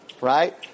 right